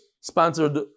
sponsored